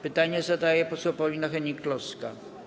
Pytanie zadaje poseł Paulina Hennig-Kloska.